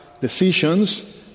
decisions